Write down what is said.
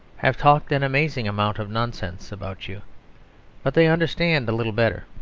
have talked an amazing amount of nonsense about you but they understand a little better.